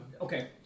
Okay